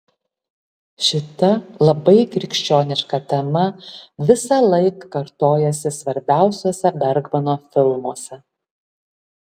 šita labai krikščioniška tema visąlaik kartojasi svarbiausiuose bergmano filmuose